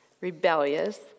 rebellious